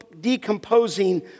decomposing